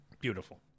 beautiful